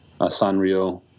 Sanrio